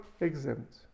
exempt